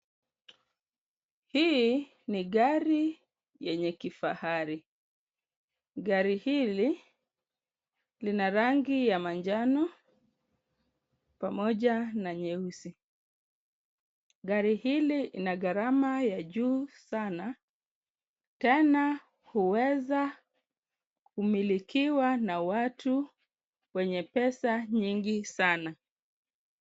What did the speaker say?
Hii ni gari yenye kifahari, gari hili lina rangi ya manjano pamoja na nyeusi, gari hili ni la gharama ya juu sana tena huweza kumilikiwa na watu wenye pesa nyingi sana.